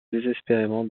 désespérément